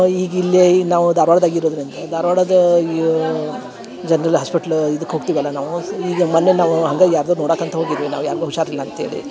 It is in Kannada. ಈಗ ಇಲ್ಲೇ ನಾವು ಧಾರವಾಡದಾಗ ಇರುದರಿಂದ ಧಾರವಾಡದ ಜನ್ರಲ್ ಹಾಸ್ಪೆಟ್ಲ್ ಇದಕ್ಕೆ ಹೋಗ್ತೀವೆಲ್ಲ ನಾವು ಸಿ ಈಗ ಮೊನ್ನೆ ನಾವೂ ಹಾಗಾಗಿ ಯಾರ್ದೋ ನೋಡಾಕ್ಕಂತ ಹೋಗಿದ್ವಿ ನಾವು ಯಾರಿಗೋ ಹುಷಾರು ಇಲ್ಲ ಅಂತೇಳಿ